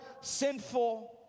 sinful